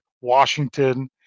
Washington